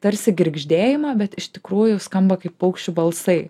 tarsi girgždėjimą bet iš tikrųjų skamba kaip paukščių balsai